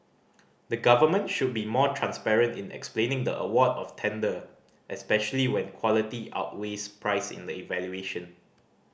the government should be more transparent in explaining the award of tender especially when quality outweighs price in the evaluation